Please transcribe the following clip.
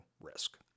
risk